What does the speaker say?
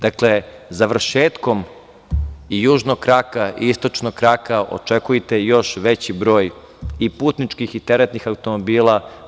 Dakle, završetkom i južnog kraka i istočnog kraka očekujte još već broj i putničkih i teretnih automobila.